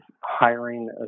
hiring